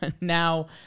now